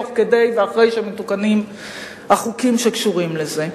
תוך כדי ואחרי שמתוקנים החוקים שקשורים לזה.